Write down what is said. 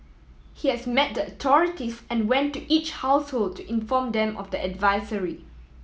he has met the authorities and went to each household to inform them of the advisory